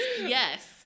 Yes